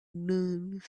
nerves